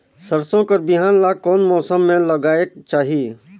सरसो कर बिहान ला कोन मौसम मे लगायेक चाही?